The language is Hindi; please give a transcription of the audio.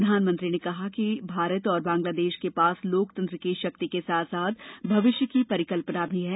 प्रधानमंत्री ने कहा कि भारत और बांग्लादेश के पास लोकतंत्र की शक्ति के साथ साथ भविष्य की परिकल्पना भी है